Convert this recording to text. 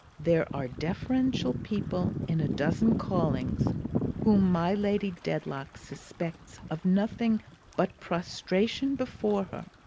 there are deferential people in a dozen callings whom my lady dedlock suspects of nothing but prostration before her,